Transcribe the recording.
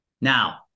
Now